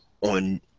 on